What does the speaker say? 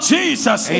Jesus